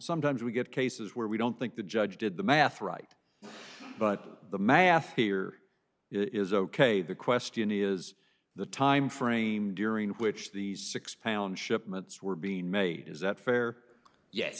sometimes we get cases where we don't think the judge did the math right but the math here is ok the question is the timeframe during which these six pound shipments were being made is that fair yes